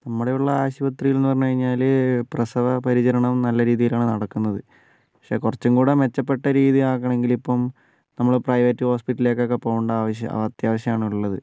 നമ്മുടെ ഇവിടെയുള്ള ആശുപത്രികൾ എന്നു പറഞ്ഞു കഴിഞ്ഞാൽ പ്രസവ പരിചരണം നല്ല രീതിയിലാണ് നടക്കുന്നത് പക്ഷെ കുറച്ചുംകൂടി മെച്ചപ്പെട്ട രീതി ആക്കണമെങ്കിൽ ഇപ്പം നമ്മൾ പ്രൈവറ്റ് ഹോസ്പിറ്റലിലേക്കൊക്കെ പോകേണ്ട ആവശ്യം അത്യാവശ്യമാണുള്ളത്